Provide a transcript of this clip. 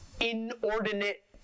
inordinate